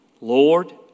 Lord